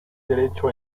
derecho